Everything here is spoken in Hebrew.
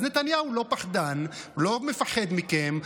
אז נתניהו לא פחדן, הוא לא מפחד מכם.